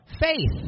faith